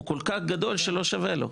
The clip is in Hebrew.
הוא כל כך גדול שלא שווה לו.